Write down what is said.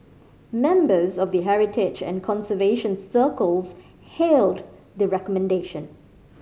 members of the heritage and conservation circles hailed the recommendation